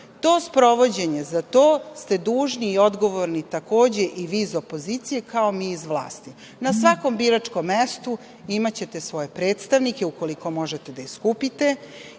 To sprovođenje za to ste dužni i odgovorni, takođe i vi iz opozicije, kao i mi iz vlasti. Na svakom biračkom mestu imaćete svoje predstavnike, ukoliko možete da ih skupite,